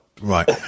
Right